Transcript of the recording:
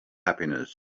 happiness